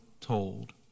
told